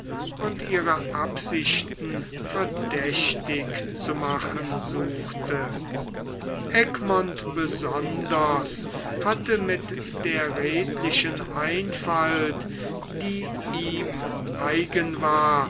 und ihre absichten verdächtig zu machen suchte egmont besonders hatte mit der redlichen einfalt die ihm eigen war